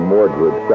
Mordred